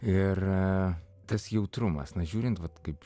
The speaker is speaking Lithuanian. ir tas jautrumas na žiūrint vat kaip